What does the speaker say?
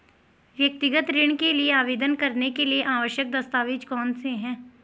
व्यक्तिगत ऋण के लिए आवेदन करने के लिए आवश्यक दस्तावेज़ कौनसे हैं?